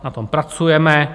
Na tom pracujeme.